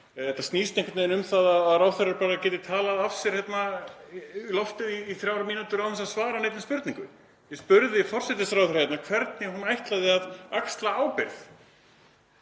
þetta snýst einhvern veginn um að ráðherrar geti bara talað úr sér loftið í þrjár mínútur án þess að svara neinni spurningu. Ég spurði forsætisráðherra hvernig hún ætlaði að axla ábyrgð.